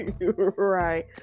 right